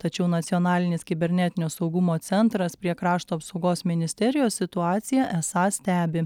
tačiau nacionalinis kibernetinio saugumo centras prie krašto apsaugos ministerijos situaciją esą stebi